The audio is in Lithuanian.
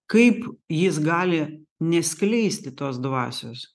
kaip jis gali neskleisti tos dvasios